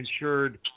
insured